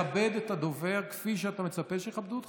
אני מבקש לכבד את הדובר כפי שאתה מצפה שיכבדו אותך,